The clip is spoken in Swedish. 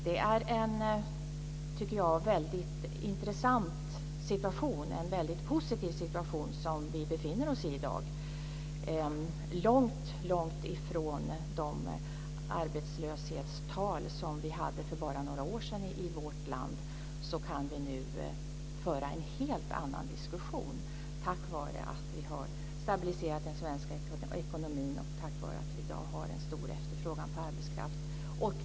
Vi befinner oss i en väldigt intressant och positiv situation, långt ifrån de arbetslöshetstal som vi hade för bara några år sedan i vårt land. Nu kan vi föra en helt annan diskussion tack vara att vi har stabiliserat den svenska ekonomin och tack vare att vi i dag har en stor efterfrågan på arbetskraft.